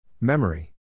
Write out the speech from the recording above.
Memory